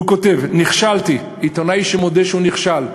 הוא כותב: "נכשלתי" עיתונאי שמודה שהוא נכשל,